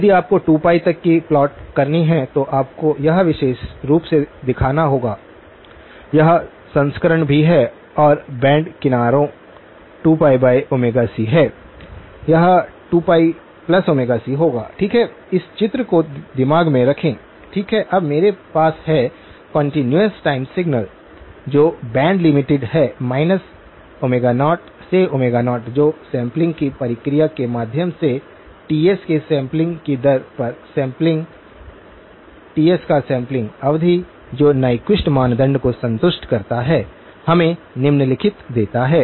यदि आपको 2π तक की प्लॉट करनी है तो आपको यह विशेष रूप से दिखाना होगा यह संस्करण भी है और बैंड किनारों 2π c हैं यह 2πc होगा ठीक है उस चित्र को दिमाग में रखें ठीक है अब मेरे पास है कंटीन्यूअस टाइम सिग्नल जो बैंड लिमिटेड है 0 से 0 जो सैंपलिंग की प्रक्रिया के माध्यम से Ts के सैंपलिंग की दर पर सैंपलिंग Ts का सैंपलिंग अवधि जो न्यक्विस्ट मानदंड को संतुष्ट करता है हमें निम्नलिखित देता है